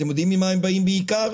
אתם יודעים ממה הן באות בעיקר?